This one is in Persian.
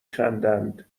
خندند